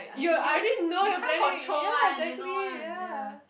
I mean you you can't control one you know one ya